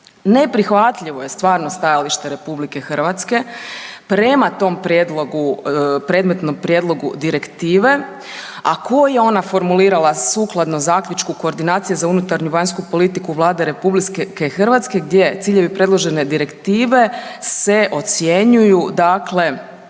Neprihvatljivo je stvarno stajalište RH prema tom prijedlogu, predmetnom prijedlogu direktive a koje je ona formulirala sukladno zaključku koordinacije za unutarnju i vanjsku politiku Vlade RH gdje ciljevi predložene direktive se ocjenjuju, dakle